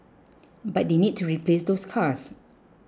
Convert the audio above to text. but they need to replace those cars